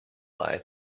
lie